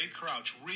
crouch